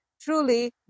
truly